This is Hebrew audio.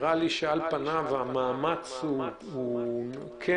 נראה לי שעל פניו המאמץ הוא כן,